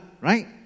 right